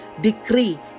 Decree